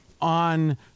on